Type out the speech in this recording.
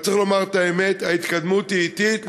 אבל צריך לומר את האמת: ההתקדמות היא אטית,